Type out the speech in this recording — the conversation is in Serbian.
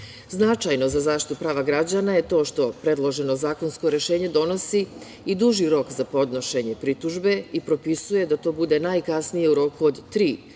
za zaštitu prava građana je to što predloženo zakonsko rešenje donosi i duži rok za podnošenje pritužbe i propisuje da to bude najkasnije u roku od tri godine